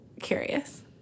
curious